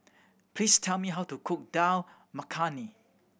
please tell me how to cook Dal Makhani